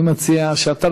אני מציע שאתה,